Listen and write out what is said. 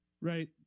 right